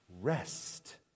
rest